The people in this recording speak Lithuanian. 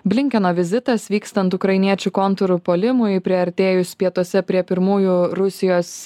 blinkeno vizitas vykstant ukrainiečių kontrpuolimui priartėjus pietuose prie pirmųjų rusijos